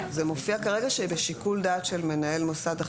זה מופיע כרגע שבשיקול דעת של מנהל מוסד החינוך.